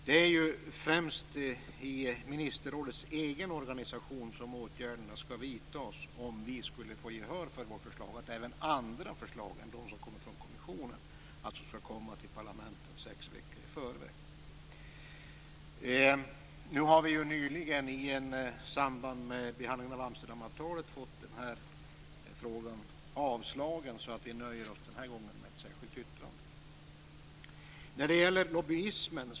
Det är främst inom ministerrådets egen organisation som åtgärder skall vidtas om vi skulle få gehör för vårt förslag att även andra förslag än de som kommer från kommissionen skall komma till parlamenten sex veckor i förväg. Vi har nyligen i samband med behandlingen av Amsterdamavtalet fått det här förslaget avslaget, så vi nöjer oss den här gången med ett särskilt yttrande.